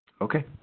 Okay